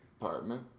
apartment